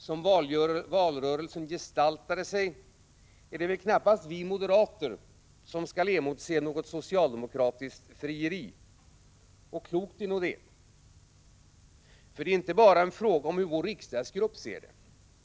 Som valrörelsen gestaltade sig är det väl knappast vi moderater som skall emotse något socialdemokratiskt frieri. Och klokt är nog det, för det är inte bara en fråga om hur vår riksdagsgrupp ser det.